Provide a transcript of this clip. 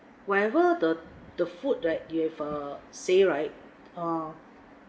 whatever the the food right you have err say right err